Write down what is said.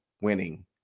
winning